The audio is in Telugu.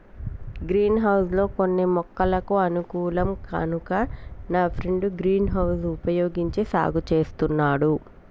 గ్రీన్ హౌస్ లో కొన్ని మొక్కలకు అనుకూలం కనుక నా ఫ్రెండు గ్రీన్ హౌస్ వుపయోగించి సాగు చేస్తున్నాడు